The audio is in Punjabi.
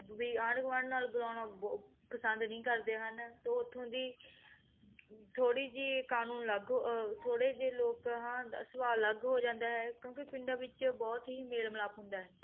ਵੀ ਆਂਡ ਗੁਆਂਡ ਨਾਲ ਬੁਲਾਉਣਾ ਬੋ ਪਸੰਦ ਨਹੀਂ ਕਰਦੇ ਹਨ ਅਤੇ ਉੱਥੋਂ ਦੀ ਥੋੜ੍ਹੀ ਜਿਹੀ ਕਾਨੂੰਨ ਲਾਗੂੂੂ ਥੋੜ੍ਹੇ ਜਿਹੇ ਲੋਕ ਹਾਂ ਸੁਭਾਅ ਅਲੱਗ ਹੋ ਜਾਂਦਾ ਹੈ ਕਿਉਂਕਿ ਪਿੰਡਾਂ ਵਿੱਚ ਬਹੁਤ ਹੀ ਮੇਲ ਮਿਲਾਪ ਹੁੰਦਾ ਹੈ